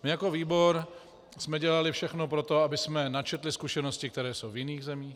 Jako výbor jsme dělali všechno pro to, abychom načetli zkušenosti, které jsou v jiných zemích.